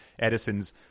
Edison's